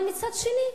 אבל מצד שני,